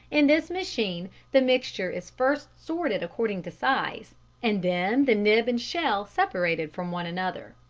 in this machine the mixture is first sorted according to size and then the nib and shell separated from one another.